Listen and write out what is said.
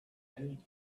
many